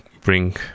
bring